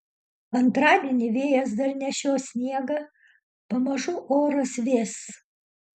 antradienį vėjas dar nešios sniegą pamažu oras vės